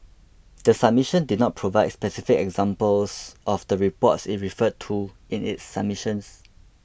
the submission did not provide specific examples of the reports it referred to in its submission